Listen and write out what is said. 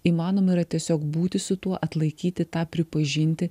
įmanoma yra tiesiog būti su tuo atlaikyti tą pripažinti